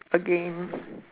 again